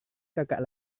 kakak